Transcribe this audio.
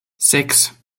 sechs